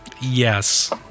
Yes